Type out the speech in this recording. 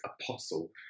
apostle